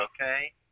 okay